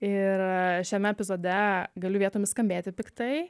ir šiame epizode galiu vietomis skambėti piktai